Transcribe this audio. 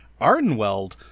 Ardenweld